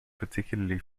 particularly